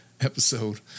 episode